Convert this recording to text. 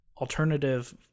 alternative